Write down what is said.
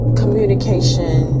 communication